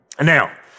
Now